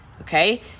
okay